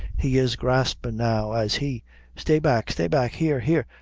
he is gaspin' now, as he stay back, stay back here here,